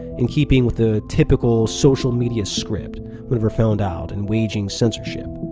in keeping with the typical social media script whenever found out in waging censorship,